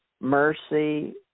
mercy